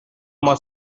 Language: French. m’a